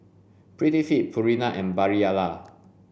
Prettyfit Purina and Barilla